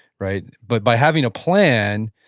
right, but by having a plan,